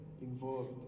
involved